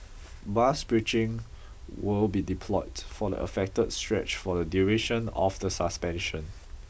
bus bridging will be deployed for the affected stretch for the duration of the suspension